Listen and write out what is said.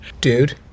dude